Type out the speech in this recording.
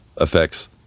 effects